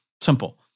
Simple